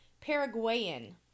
Paraguayan